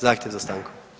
Zahtjev za stanku.